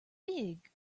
big